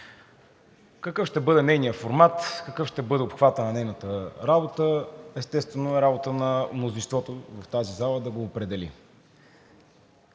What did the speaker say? Какъв ще бъде нейният формат, какъв ще бъде обхватът на нейната работа, естествено, е работа на мнозинството в тази зала да го определи.